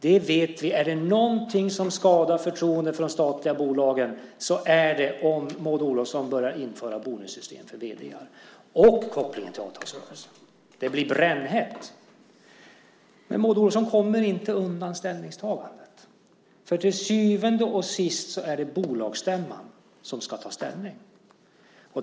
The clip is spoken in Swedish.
Det vet vi, att är det något som skadar förtroendet för de statliga bolagen är det om Maud Olofsson börjar införa bonussystem för vd:ar. Sedan har vi kopplingen till avtalsrörelsen. Det blir brännhett. Maud Olofsson kommer inte undan ställningstagandet, för till syvende och sist är det bolagsstämman som ska ta ställning.